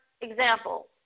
example